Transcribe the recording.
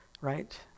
right